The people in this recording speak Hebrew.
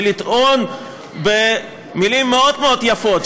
ולטעון במילים מאוד מאוד יפות,